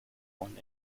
one